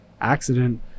accident